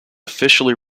officially